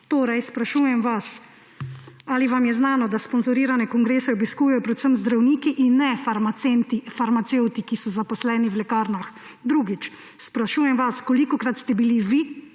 Torej sprašujem vas: Ali vam je znano, da sponzorirane kongrese obiskujejo predvsem zdravniki in ne farmacevti, ki so zaposleni v lekarnah? Drugič, kolikokrat ste bili vi